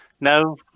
No